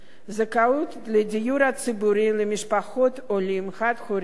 זכאות לדיור ציבורי למשפחות עולים חד-הוריות)